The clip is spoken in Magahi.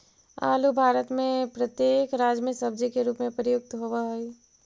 आलू भारत में प्रत्येक राज्य में सब्जी के रूप में प्रयुक्त होवअ हई